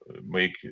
make